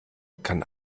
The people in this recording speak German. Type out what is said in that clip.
kann